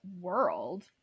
world